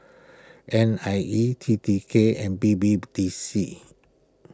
N I E T T K and B B D C